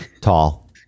Tall